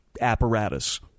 apparatus